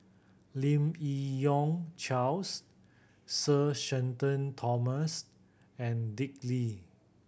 Lim Yi Yong Charles Sir Shenton Thomas and Dick Lee